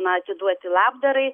na atiduoti labdarai